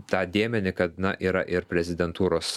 tą dėmenį kad na yra ir prezidentūros